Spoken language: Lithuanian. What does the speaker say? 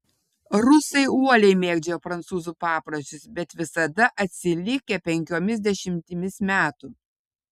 rusai uoliai mėgdžioja prancūzų papročius bet visada atsilikę penkiomis dešimtimis metų